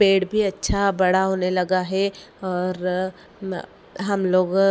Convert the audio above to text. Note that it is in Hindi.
पेड़ भी अच्छा बड़ा होने लगा है और म हम लोग